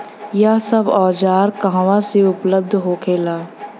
यह सब औजार कहवा से उपलब्ध होखेला?